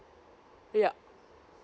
yup